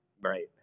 Right